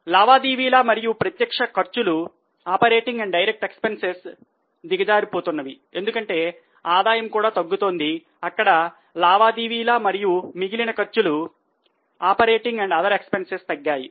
లావాదేవీల మరియు ప్రత్యక్ష ఖర్చులు తగ్గాయి